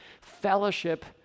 fellowship